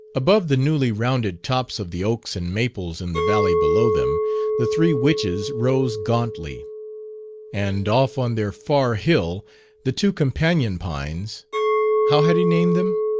above the newly-rounded tops of the oaks and maples in the valley below them the three witches rose gauntly and off on their far hill the two companion pines how had he named them?